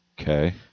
Okay